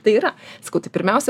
tai yra sakau tai pirmiausia